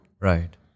right